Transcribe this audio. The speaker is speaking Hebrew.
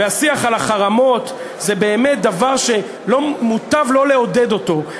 השיח על החרמות זה באמת דבר שמוטב לא לעודד אותו.